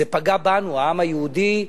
זה פגע בנו, העם היהודי,